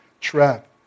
trap